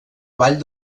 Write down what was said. vall